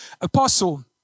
Apostle